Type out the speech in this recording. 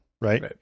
right